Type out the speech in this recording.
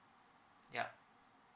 yup